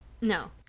No